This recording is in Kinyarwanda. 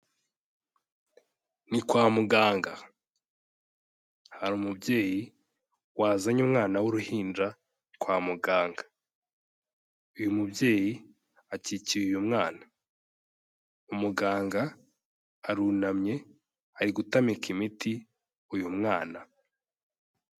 Ni kwa muganga, hari umubyeyi wazanye umwana w'uruhinja kwa muganga, uyu mubyeyi akikiye uyu mwana, umuganga arunamye ari gutamika imiti uyu mwana.